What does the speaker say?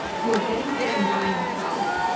who are getting sick and dying themselves,